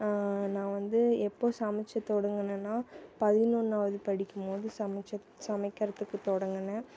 நான் வந்து எப்போது சமைக்க தொடங்கினேன்னா பதினொன்றாவது படிக்கும்போது சமைக்க சமைக்கிறத்துக்கு தொடங்கினேன்